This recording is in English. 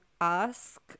ask